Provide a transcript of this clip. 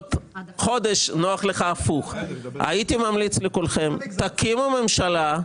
בעוד חודש נוח לך הפוך - הייתי ממליץ לכולכם שתקימו ממשלה,